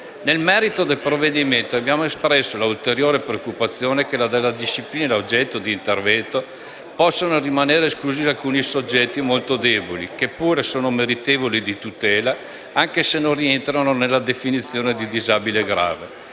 Nel merito del provvedimento abbiamo espresso la ulteriore preoccupazione che, dalla disciplina oggetto di intervento, possano rimanere esclusi alcuni soggetti, molto deboli, che pure sono meritevoli di tutela, anche se non rientrano nella definizione di disabile grave.